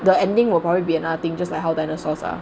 the ending will probably be another thing just like how dinosaurs are